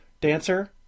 dancer